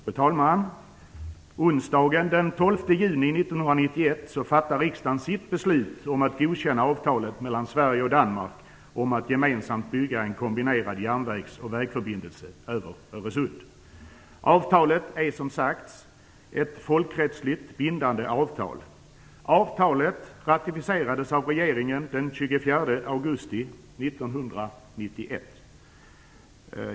Fru talman! Onsdagen den 12 juni 1991 fattade riksdagen sitt beslut om att godkänna avtalet mellan Sverige och Danmark om att gemensamt bygga en kombinerad järnvägs och vägförbindelse över Öresund. Avtalet är, som sagts, folkrättsligt bindande. 1991.